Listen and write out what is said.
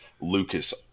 Lucas